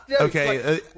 Okay